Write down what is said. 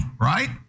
right